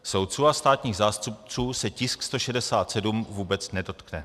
Soudců a státních zástupců se tisk 167 vůbec nedotkne.